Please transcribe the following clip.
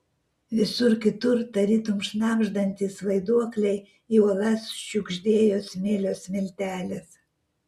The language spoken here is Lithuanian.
visur kitur tarytum šnabždantys vaiduokliai į uolas šiugždėjo smėlio smiltelės